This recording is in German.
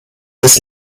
des